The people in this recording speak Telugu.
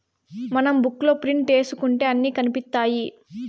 మనం బుక్ లో ప్రింట్ ఏసుకుంటే అన్ని కనిపిత్తాయి